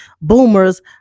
boomers